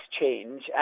change